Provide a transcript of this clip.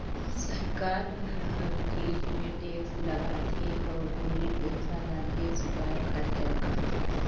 सरकार हर हर चीच मे टेक्स लगाथे अउ ओही पइसा ल देस बर खरचा करथे